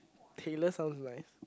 Taylor sounds is nice